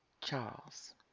charles